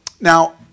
Now